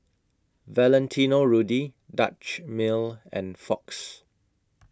Valentino Rudy Dutch Mill and Fox